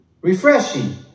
refreshing